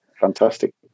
fantastic